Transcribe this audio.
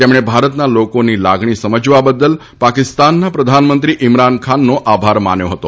તેમણે ભારતના લોકોની લાગણી સમજવા બદલ પાકિસ્તાનના પ્રધાનમંત્રી ઇમરાન ખાનનો આભાર માન્યો હતો